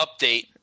Update